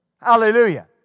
Hallelujah